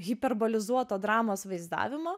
hiperbolizuoto dramos vaizdavimo